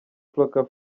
flocka